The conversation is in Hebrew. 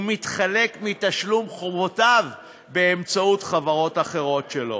ומתחמק מתשלום חובותיו באמצעות חברות אחרות שלו.